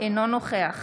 אינו נוכח